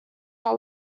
our